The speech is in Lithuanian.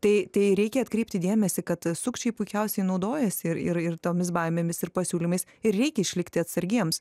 tai tai reikia atkreipti dėmesį kad sukčiai puikiausiai naudojasi ir ir ir tomis baimėmis ir pasiūlymais ir reikia išlikti atsargiems